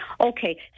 Okay